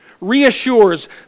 reassures